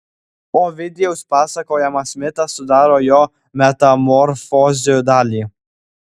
ovidijaus pasakojamas mitas sudaro jo metamorfozių dalį